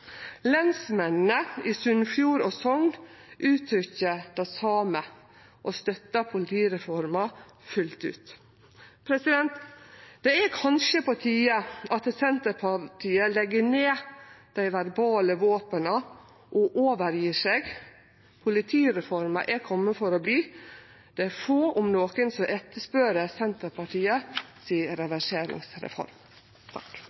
Lensmennene i Sunnfjord og Sogn uttrykkjer det same og støttar politireforma fullt ut. Det er kanskje på tide at Senterpartiet legg ned dei verbale våpena og overgjev seg. Politireforma er komen for å bli. Det er få om nokon som etterspør reverseringsreforma til Senterpartiet.